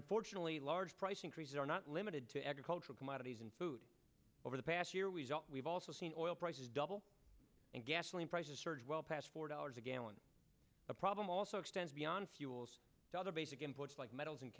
unfortunately large price increases are not limited to agricultural commodities and food over the past year we've we've also seen oil prices double and gasoline prices surge well past four dollars a gallon a problem also extends beyond fuels to other basic inputs like metals and